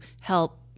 help